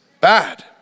bad